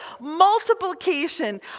multiplication